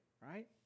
right